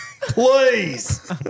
Please